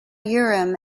urim